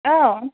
औ